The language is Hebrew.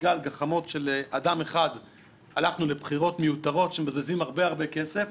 בגלל גחמות של אדם אחד הלכנו לבחירות מיותרות שמבזבזות הרבה הרבה כסף.